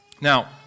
Now